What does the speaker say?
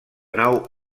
nau